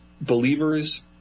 believers